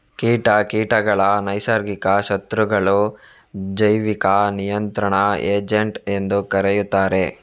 ಕೀಟ ಕೀಟಗಳ ನೈಸರ್ಗಿಕ ಶತ್ರುಗಳು, ಜೈವಿಕ ನಿಯಂತ್ರಣ ಏಜೆಂಟ್ ಎಂದೂ ಕರೆಯುತ್ತಾರೆ